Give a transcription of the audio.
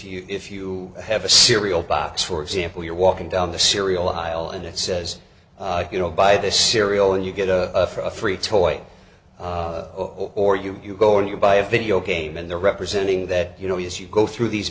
you if you have a cereal box for example you're walking down the cereal aisle and it says you know buy this cereal and you get a free toy or you go and you buy a videogame and they're representing that you know as you go through these